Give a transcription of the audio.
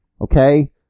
Okay